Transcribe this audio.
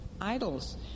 idols